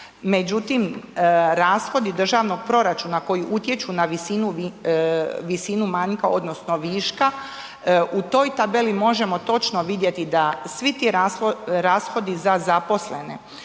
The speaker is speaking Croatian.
Međutim, rashodi državnog proračuna koji utječu na visinu manjka odnosno viška u toj tabeli možemo točno vidjeti da svi ti rashodi za zaposlene